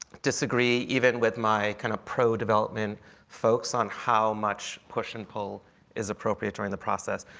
disagree even with my kind of pro-development folks on how much push and pull is appropriate during the process.